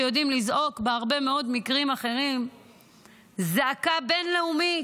שיודעים לזעוק בהרבה מאוד מקרים אחרים זעקה בין-לאומית?